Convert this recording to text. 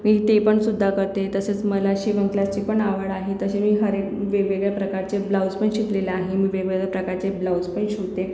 मी ते पण सुद्धा करते तसेच मला शिवण क्लासचीपण आवड आहे तसे मी हर एक वेगवेगळ्या प्रकारचे ब्लाऊज पण शिकलेले आहे आणि मी वेगवेगळ्या प्रकारचे ब्लाऊज पण शिवते